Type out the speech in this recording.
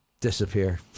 disappear